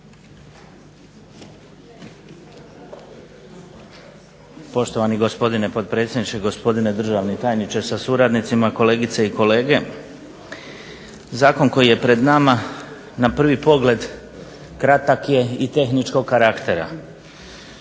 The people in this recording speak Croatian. Poštovani gospodine potpredsjedniče, gospodine državni tajniče sa suradnicima, kolegice i kolege. Zakon koji je pred nama na prvi pogled kratak je i tehničkog karaktera.